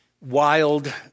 wild